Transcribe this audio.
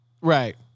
Right